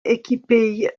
équipée